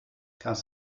kannst